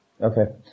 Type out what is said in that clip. Okay